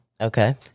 Okay